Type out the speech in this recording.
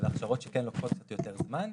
אלה גם הכשרות שכן לוקחות קצת יותר זמן.